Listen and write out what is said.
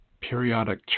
periodic